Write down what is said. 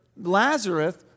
Lazarus